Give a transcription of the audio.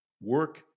Work